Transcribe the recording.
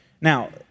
Now